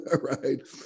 right